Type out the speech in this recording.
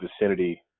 vicinity